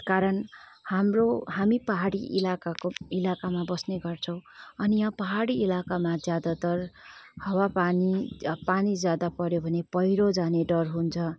कारण हाम्रो हामी पहाडी इलाकाको इलाकामा बस्ने गर्छौँ अनि यहाँ पहाडी इलाकामा ज्यादातर हावा पानी पानी ज्यादा पऱ्यो भने पहिरो जाने डर हुन्छ